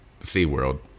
SeaWorld